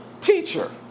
teacher